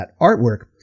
artwork